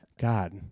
God